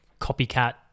copycat